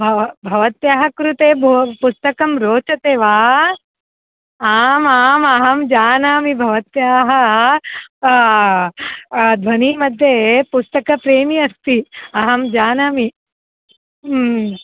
भव भवत्याः कृते भोः पुस्तकं रोचते वा आमा आम् अहं जानामि भवत्याः ध्वनिमध्ये पुस्तकप्रेमी अस्ति अहं जानामि